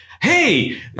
hey